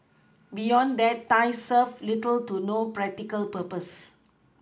beyond that ties serve little to no practical purpose